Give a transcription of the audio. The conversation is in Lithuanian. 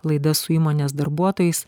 laida su įmonės darbuotojais